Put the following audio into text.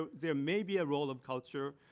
ah there may be a role of culture.